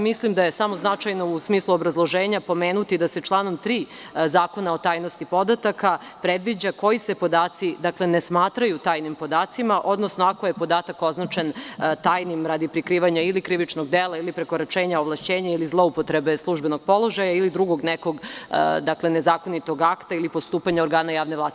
Mislim da je samo značajno u smislu obrazloženja pomenuti da se članom 3. Zakona o tajnosti podataka predviđa koji se podaci ne smatraju tajnim podacima, odnosno ako je podatak označen tajnim radi prikrivanja ili krivičnog dela ili prekoračenja ovlašćenja ili zloupotrebe službenog položaja ili drugog nekog nezakonitog akta ili postupanja organa javne vlasti.